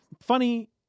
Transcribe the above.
funny